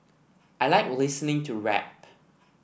I like listening to rap